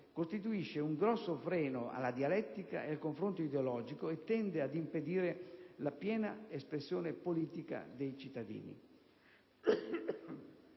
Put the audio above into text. costituisce un grosso freno alla dialettica e al confronto ideologico e tende ad impedire la piena espressione politica dei cittadini.